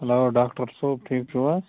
hello doctor صٲب ٹھیٖک چھُو حظ